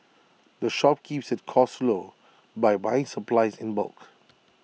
the shop keeps its costs low by buying supplies in bulk